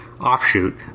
offshoot